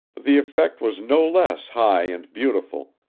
the effect was no less high and beautiful,